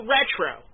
Retro